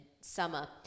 summer